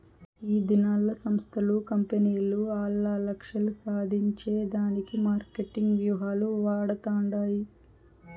ఈదినాల్ల సంస్థలు, కంపెనీలు ఆల్ల లక్ష్యాలు సాధించే దానికి మార్కెటింగ్ వ్యూహాలు వాడతండాయి